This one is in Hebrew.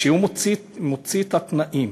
כשהוא מוציא את התנאים